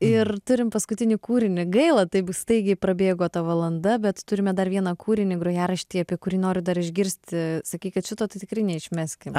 ir turim paskutinį kūrinį gaila taip staigiai prabėgo ta valanda bet turime dar vieną kūrinį grojaraštyje apie kurį noriu dar išgirsti sakykit šito tai tikrai neišmeskim